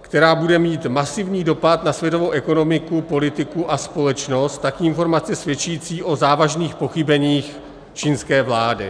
která bude mít masivní dopad na světovou ekonomiku, politiku a společnost, tak informace svědčící o závažných pochybeních čínské vlády.